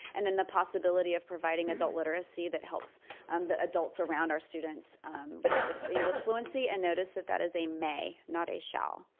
and then the possibility of providing adult literacy that helps um the adults around our students english fluency. and notice that that is a may not a shall.